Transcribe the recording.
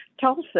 Tulsa